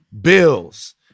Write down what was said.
bills